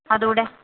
അതുകൂടെ